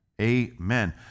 amen